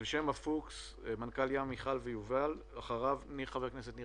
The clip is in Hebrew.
ח"כ ניר